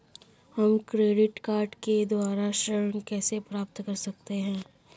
हम credit card के द्वारा ऋण कैसे प्राप्त कर सकते हैं?